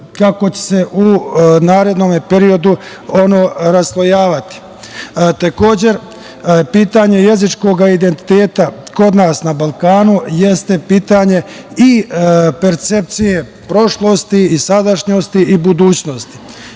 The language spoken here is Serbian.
kako će se u narednom periodu ono raslojavati. Takođe, pitanje jezičkog identiteta kod nas na Balkanu jeste pitanje i percepcije prošlosti i sadašnjosti i budućnosti